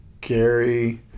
Gary